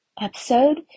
episode